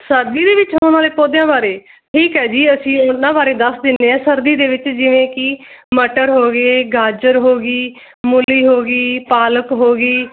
ਸਰਦੀ ਦੇ ਵਿੱਚ ਆਉਣ ਵਾਲੇ ਪੌਦਿਆਂ ਬਾਰੇ ਠੀਕ ਹੈ ਜੀ ਅਸੀਂ ਉਹਨਾਂ ਬਾਰੇ ਦੱਸ ਦਿੰਦੇ ਹਾਂ ਸਰਦੀ ਦੇ ਵਿੱਚ ਜਿਵੇਂ ਕਿ ਮਟਰ ਹੋ ਗਏ ਗਾਜਰ ਹੋ ਗਈ ਮੂਲੀ ਹੋ ਗਈ ਪਾਲਕ ਹੋ ਗਈ